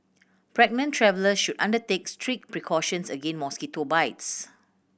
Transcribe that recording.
pregnant travellers should undertake strict precautions against mosquito bites